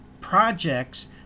projects